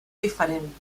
diferent